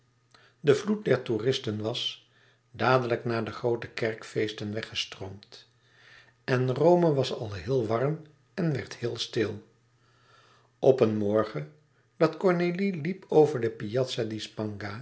de vloed der toeristen was dadelijk na de groote kerkfeesten weggestroomd en rome was al heel warm en werd heel stil op een morgen dat cornélie liep over de piazza